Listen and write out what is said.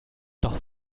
doch